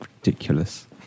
Ridiculous